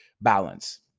balance